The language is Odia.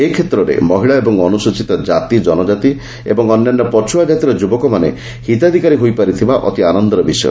ଏହି କ୍ଷେତ୍ରରେ ମହିଳା ଓ ଅନୁସ୍ଚିତ କାତି କନକାତି ଓ ଅନ୍ୟାନ୍ୟ ପଛୁଆ କାତିର ଯୁବକମାନେ ହିତାଧିକାରୀ ହୋଇପରିଥିବା ଅତି ଆନନ୍ଦର ବିଷୟ